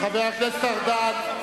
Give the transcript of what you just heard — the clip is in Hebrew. חבר הכנסת ארדן,